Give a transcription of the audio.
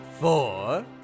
four